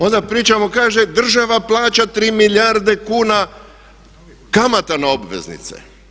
Onda pričamo, kaže država plaća 3 milijarde kuna kamata na obveznice.